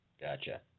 Gotcha